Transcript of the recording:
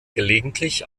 gelegentlich